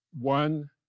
one